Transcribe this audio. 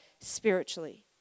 spiritually